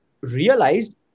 realized